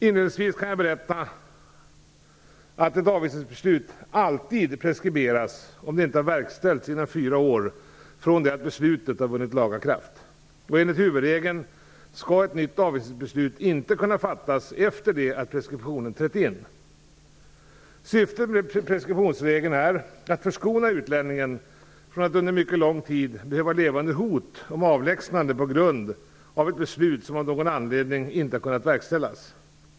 Inledningsvis kan jag berätta att ett avvisningsbeslut alltid preskriberas om det inte har verkställts inom fyra år från det att beslutet vann laga kraft, och enligt huvudregeln skall ett nytt avvisningsbeslut inte kunna fattas efter det att preskriptionen trätt in. Syftet med preskriptionsregeln är att förskona utlänningen från att under mycket lång tid behöva leva under hot om avlägsnande på grund av ett beslut som av någon anledning inte har kunnat verkställas.